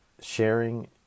Sharing